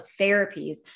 therapies